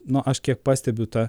nu aš kiek pastebiu tą